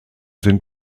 sind